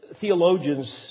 theologians